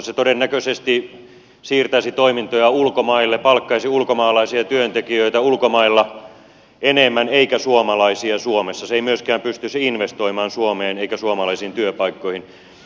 se todennäköisesti siirtäisi toimintoja ulkomaille palkkaisi ulkomaalaisia työntekijöitä ulkomailla enemmän eikä suomalaisia suomessa se ei myöskään pystyisi investoimaan suomeen eikä suomalaisiin työpaikkoihin